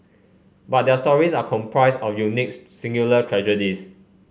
but their stories are composed of unique singular tragedies